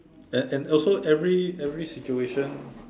and and also every every situation